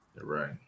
Right